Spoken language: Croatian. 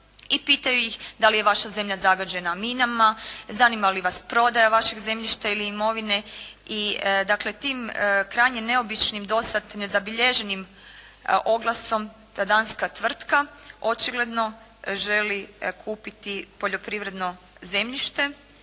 i pitaju ih da li je vaša zemlja zagađena minama, zanima li vas prodaja vašeg zemljišta ili imovine. I dakle, tim krajnje neobičnim do sada nezabilježenim oglasom, ta danska tvrtka, očigledno želi kupiti poljoprivredno zemljište